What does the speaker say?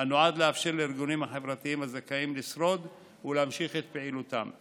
שנועד לאפשר לארגונים החברתיים הזכאים לשרוד ולהמשיך את פעילותם.